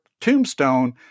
Tombstone